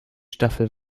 staffel